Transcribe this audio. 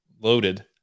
loaded